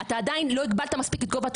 חוסר היכולת שלך לא משתכנע משום דבר.